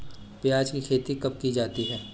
प्याज़ की खेती कब की जाती है?